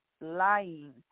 lying